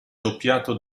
doppiato